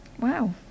Wow